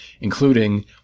including